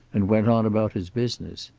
and went on about his business.